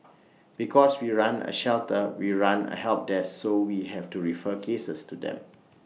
because we run A shelter we run A help desk so we have to refer cases to them